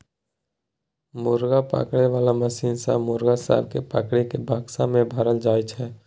मुर्गा पकड़े बाला मशीन सँ मुर्गा सब केँ पकड़ि केँ बक्सा मे भरल जाई छै